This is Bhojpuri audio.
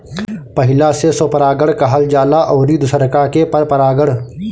पहिला से स्वपरागण कहल जाला अउरी दुसरका के परपरागण